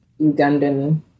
Ugandan